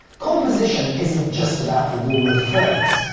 composition isn't just about the rule of thirds,